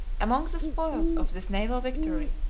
among the spoils of this naval victory,